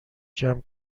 جمع